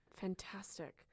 Fantastic